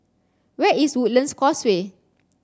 where is Woodlands Causeway